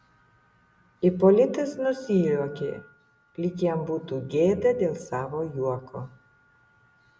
ipolitas nusijuokė lyg jam būtų gėda dėl savo juoko